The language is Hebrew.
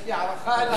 לא, יש לי הערכה אליו,